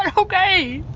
um okay